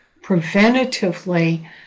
preventatively